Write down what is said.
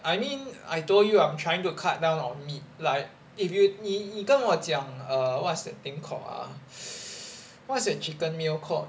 I mean I told you I am trying to cut down on meat like if you 你你跟我讲 err what's that thing called ah what's that chicken meal called